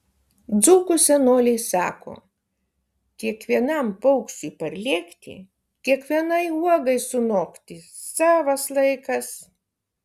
dzūkų senoliai sako kiekvienam paukščiui parlėkti kiekvienai uogai sunokti savas laikas